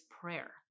prayer